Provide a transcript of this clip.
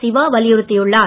சிவா வலியுறுத்தியுள்ளார்